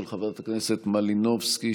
של חברת הכנסת מלינובסקי,